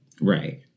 Right